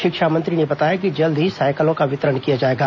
शिक्षा मंत्री ने बताया कि जल्द ही सायकलों का वितरण किया जाएगा